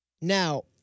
Now